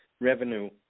revenue